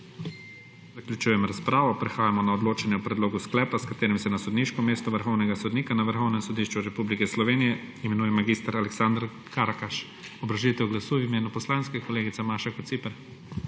Zaključujem razpravo. Prehajamo na odločanje o predlogu sklepa, s katerim se na sodniško mesto vrhovnega sodnika na Vrhovnem sodišču Republike Slovenije imenuje mag. Aleksander Karakaš. Obrazložitev glasu v imenu poslanske skupine, kolegica Maša Kociper.